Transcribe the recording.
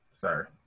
Sir